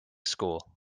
school